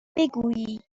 بگویی